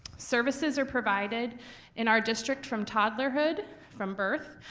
services are provided in our district from toddlerhood, from birth,